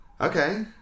Okay